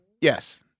yes